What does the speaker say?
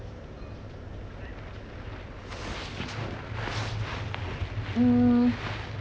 mm